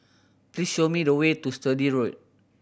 please show me the way to Sturdee Road